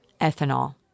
ethanol